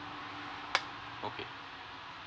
okay